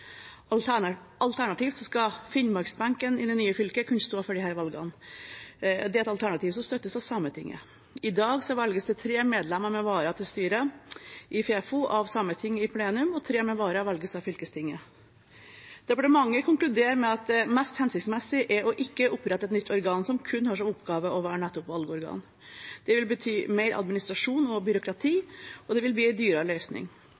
Finnmarkseiendommen. Alternativt skal finnmarksbenken i det nye fylket kunne stå for disse valgene. Det er et alternativ som støttes av Sametinget. I dag velges tre medlemmer med vara til styret i Finnmarkseiendommen av Sametinget i plenum, og tre medlemmer med vara velges av fylkestinget. Departementet konkluderer med at det mest hensiktsmessige er å ikke opprette et nytt organ som kun har som oppgave å være nettopp valgorgan. Det vil bety mer administrasjon og